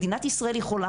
מדינת ישראל יכולה,